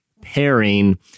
pairing